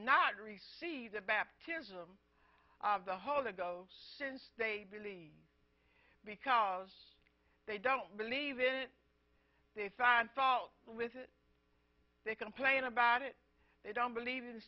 not received the baptism of the whole to go since they believe because they don't believe in it they found fault with it they complain about it they don't believe in